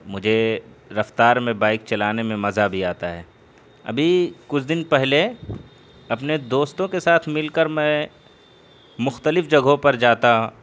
مجھے رفتار میں بائک چلانے میں مزہ بھی آتا ہے ابھی کچھ دن پہلے اپنے دوستوں کے ساتھ مل کر میں مختلف جگہوں پر جاتا